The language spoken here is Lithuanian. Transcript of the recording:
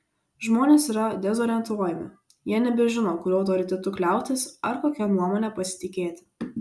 žmonės yra dezorientuojami jie nebežino kuriuo autoritetu kliautis ar kokia nuomone pasitikėti